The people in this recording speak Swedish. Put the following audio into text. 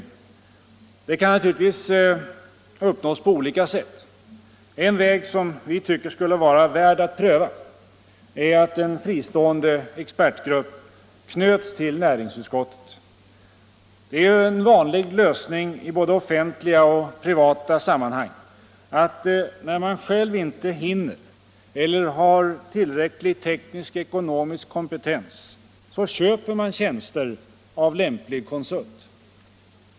Detta kan naturligtvis uppnås på olika sätt. En väg, som vi tycker skulle vara värd att pröva, är att en fristående expertgrupp knöts till näringsutskottet. Det är en vanlig lösning i både offentliga och privata sammanhang, att när man själv inte hinner eller har tillräcklig tekniskekonomisk kompetens, så köper man tjänster av lämplig konsult.